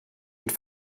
mit